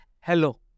Hello